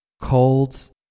colds